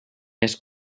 més